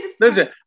Listen